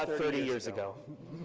thirty years ago.